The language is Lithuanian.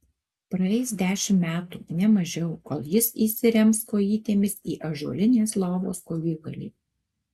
praeis dešimt metų ne mažiau kol jis įsirems kojytėmis į ąžuolinės lovos kojūgalį